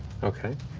okay.